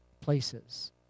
places